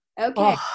Okay